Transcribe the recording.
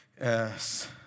Yes